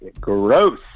Gross